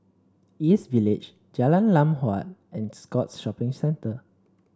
East Village Jalan Lam Huat and Scotts Shopping Centre